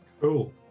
Cool